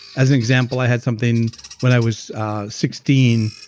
as an example, i had something when i was sixteen,